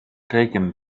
taken